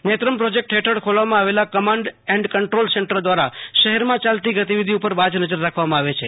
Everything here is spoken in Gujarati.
નેત્રમ પ્રોજેક્ટ ફેઠળ ખોલવા માં આવેલા કમાન્ડ એન્ડ કંટ્રોલ સેન્ટર દ્વારા શહેર માં ચાલતી ગતિવિધી ઉપર બાજ નજર રાખવા માં આવે છે